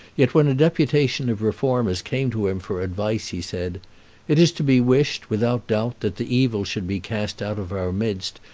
yet when a deputation of reformers came to him for advice, he said it is to be wished, without doubt, that the evil should be cast out of our midst,